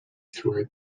throughout